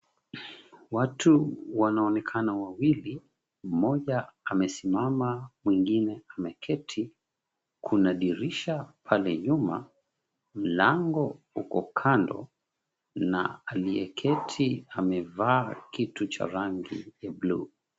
Watu wanaonekana wawili. Mmoja amesimama mwingine ameketi. Kuna dirisha pale nyuma. Mlango uko kando na aliyeketi amevaa kiti cha rangi ya buluu.